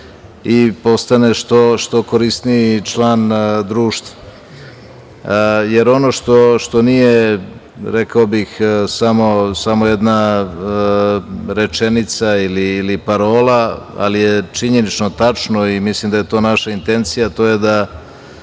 i postane što korisniji član društva. Jer, ono što nije, rekao bih, samo jedna rečenica ili parola, ali je činjenično tačno i mislim da je to naša intencija, a to je da